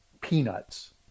peanuts